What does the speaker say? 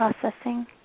processing